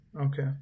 Okay